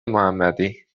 محمدی